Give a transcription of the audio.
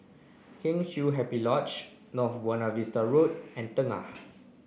Kheng Chiu Happy Lodge North Buona Vista Road and Tengah